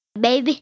Baby